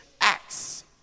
acts